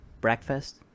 breakfast